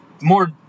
more